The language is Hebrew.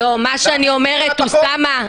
אוסאמה,